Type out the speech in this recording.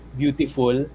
beautiful